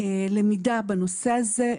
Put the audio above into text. למידה בנושא הזה.